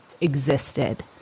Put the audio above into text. existed